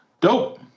Dope